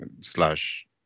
slash